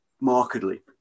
markedly